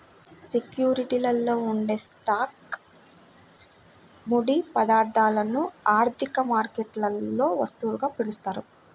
సెక్యూరిటీలలో ఉండే స్టాక్లు, ముడి పదార్థాలను ఆర్థిక మార్కెట్లలో వస్తువులుగా పిలుస్తారు